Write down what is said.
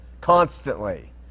constantly